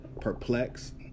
perplexed